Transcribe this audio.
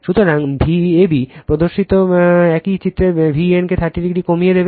সুতরাং ভ্যাব প্রদর্শিত একই চিত্র ভ্যানকে 30 ডিগ্রি কমিয়ে দেবে